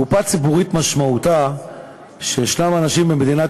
קופה ציבורית משמעותה שיש אנשים במדינת